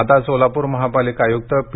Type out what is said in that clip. आता सोलापूर महापालिका आयुक्तह पी